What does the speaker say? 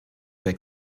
der